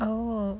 oh